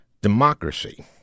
democracy